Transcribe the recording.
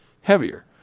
heavier